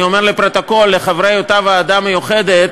אני אומר לפרוטוקול: לחברי אותה ועדה מיוחדת,